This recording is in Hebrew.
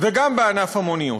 וגם בענף המוניות.